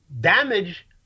damage